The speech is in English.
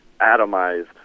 atomized